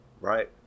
Right